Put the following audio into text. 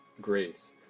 Grace